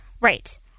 Right